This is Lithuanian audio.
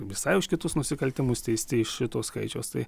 visai už kitus nusikaltimus teisti iš šito skaičiaus tai